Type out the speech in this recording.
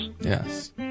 Yes